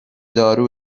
دارو